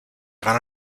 gana